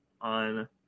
on